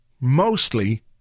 Mostly